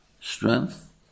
strength